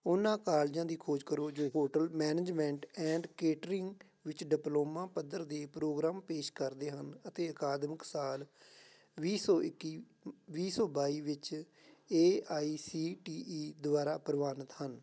ਉਹਨਾਂ ਕਾਲਜਾਂ ਦੀ ਖੋਜ ਕਰੋ ਜੋ ਹੋਟਲ ਮੈਨਜਮੈਂਟ ਐਂਡ ਕੇਟਰਿੰਗ ਵਿੱਚ ਡਿਪਲੋਮਾ ਪੱਧਰ ਦੇ ਪ੍ਰੋਗਰਾਮ ਪੇਸ਼ ਕਰਦੇ ਹਨ ਅਤੇ ਅਕਾਦਮਿਕ ਸਾਲ ਵੀਹ ਸੌ ਇੱਕੀ ਵੀਹ ਸੌ ਬਾਈ ਵਿੱਚ A I C T E ਦੁਆਰਾ ਪ੍ਰਵਾਨਿਤ ਹਨ